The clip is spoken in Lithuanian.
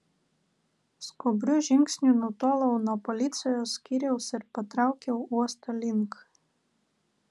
skubriu žingsniu nutolau nuo policijos skyriaus ir patraukiau uosto link